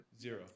zero